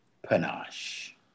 panache